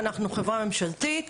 אנחנו חברה ממשלתית.